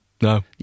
No